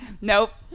Nope